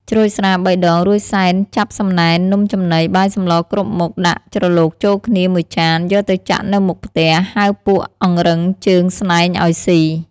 ច្រូចស្រា៣ដងរួចសែនចាប់សំណែននំចំណី បាយសម្លរគ្រប់មុខ ដាក់ច្រឡូកចូលគ្នាមួយចាន យកទៅចាក់នៅមុខផ្ទះ ហៅពួកអង្រឹងជើងស្នែងឱ្យស៊ី។